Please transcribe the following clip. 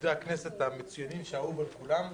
מעובדי הכנסת המצוינים שאהוב על כולם,